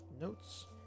notes